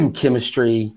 chemistry